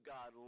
God